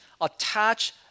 attach